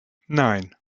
nein